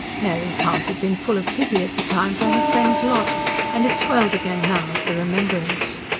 mary's heart had been full of pity at the time, for her friend's lot and it swelled again now at the remembrance.